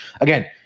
again